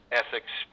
ethics